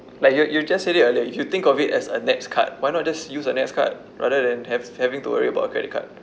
like you you just said it earlier if you think of it as a nets card why not just use a nets card rather than have having to worry about credit card